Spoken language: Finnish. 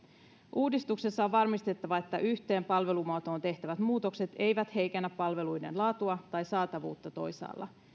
uudistuksessa on varmistettava että yhteen palvelumuotoon tehtävät muutokset eivät heikennä palveluiden laatua tai saatavuutta toisaalla